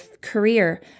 career